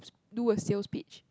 do a sales pitch